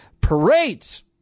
parades